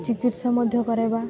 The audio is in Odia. ଚିକିତ୍ସା ମଧ୍ୟ କରେଇବା